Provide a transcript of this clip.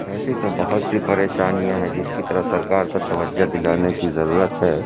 ایسی تو بہت سی پریشانیاں ہیں جس کی طرف سرکار کو توجہ دلانے کی ضرورت ہے